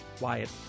Wyatt